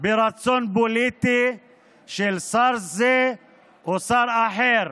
ברצון פוליטי של שר זה או שר אחר,